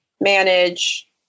manage